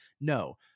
no